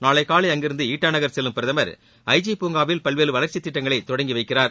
நாளை காலை அங்கிருந்து இட்டா நகர் செல்லும் பிரதமர் ஐஜி பூங்காவில் பல்வேறு வளர்ச்சி திட்டங்களை தொடங்கிவைக்கிறார்